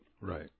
Right